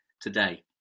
today